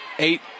Eight